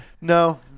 no